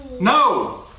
No